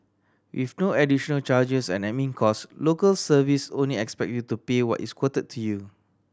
with no additional charges and admin cost Local Service only expect you to pay what is quoted to you